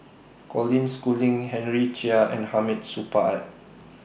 Colin Schooling Henry Chia and Hamid Supaat